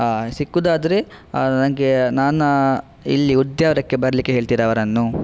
ಸಿಕ್ಕೋದಾದ್ರೆ ನಂಗೆ ನಾನು ಇಲ್ಲಿ ಉದ್ಯಾವರಕ್ಕೆ ಬರಲಿಕ್ಕೆ ಹೇಳ್ತಿರಾ ಅವರನ್ನು